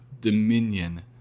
dominion